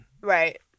Right